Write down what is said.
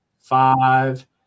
five